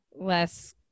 less